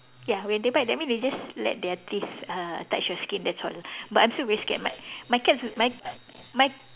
ya when they bite that mean they just they just let their teeth uh touch your skin that's all but I'm still very sacred my my cats my my